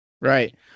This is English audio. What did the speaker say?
Right